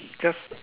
just